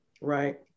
Right